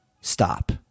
stop